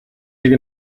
нэг